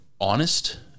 honest